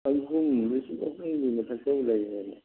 ꯑꯍꯨꯝ ꯂꯤꯁꯤꯡ ꯑꯍꯨꯝꯒꯤ ꯃꯊꯛꯇꯕꯨ ꯂꯩꯈ꯭ꯔꯦꯅꯦ